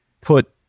put